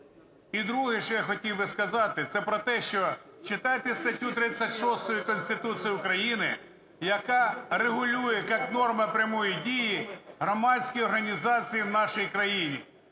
І друге, що я хотів би сказати. Це про те, що читайте статтю 36 Конституції України, яка регулює як норма прямої дії громадські організації в нашій країні.